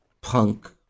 punk